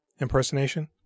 impersonation